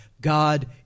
God